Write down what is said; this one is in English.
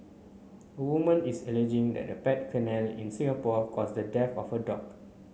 a woman is alleging that a pet kennel in Singapore caused the death of her dog